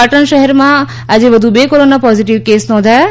પાટણ શહેરમાં આજે વધુ બે કોરોના પોઝિટિવ કેસ નોંધાયા હતા